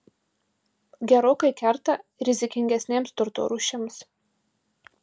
gerokai kerta rizikingesnėms turto rūšims